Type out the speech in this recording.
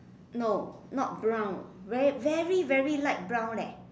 no not brown very very very light brown leh